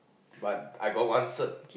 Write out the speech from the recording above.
but I got one cert